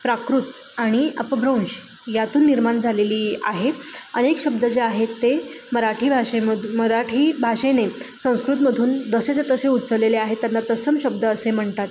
प्राकृत आणि अपभ्रंश यातून निर्माण झालेली आहे अनेक शब्द जे आहेत ते मराठी भाषेमध्ये मराठी भाषेने संस्कृतमधून जसेच्या तसे उचललेले आहेत त्यांना तत्सम शब्द असे म्हणतात